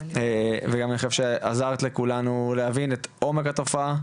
אני חושב שעזרת לכולנו להבין את עומק התופעה.